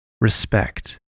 Respect